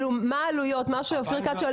מה שאופיר כץ שואל,